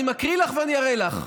אני מקריא לך ואני אראה לך,